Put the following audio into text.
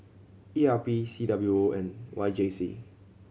E R P C W O and Y J C